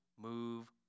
move